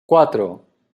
cuatro